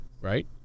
right